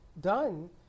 done